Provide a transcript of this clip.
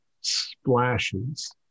splashes